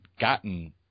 gotten